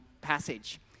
passage